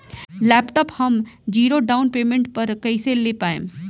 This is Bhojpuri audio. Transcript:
लैपटाप हम ज़ीरो डाउन पेमेंट पर कैसे ले पाएम?